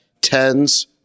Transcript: tens